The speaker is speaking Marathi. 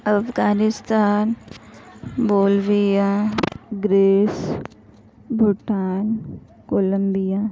Afghanistan Bolivia Greece Bhutan Colombia